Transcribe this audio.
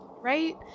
right